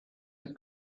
the